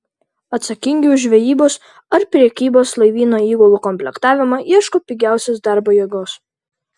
atsakingi už žvejybos ar prekybos laivyno įgulų komplektavimą ieško pigiausios darbo jėgos